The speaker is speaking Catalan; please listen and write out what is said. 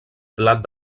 blat